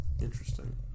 Interesting